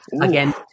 Again